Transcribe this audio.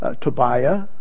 Tobiah